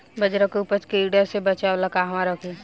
बाजरा के उपज के कीड़ा से बचाव ला कहवा रखीं?